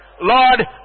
Lord